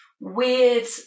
weird